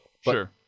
Sure